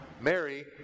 Mary